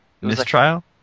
Mistrial